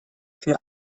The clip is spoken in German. für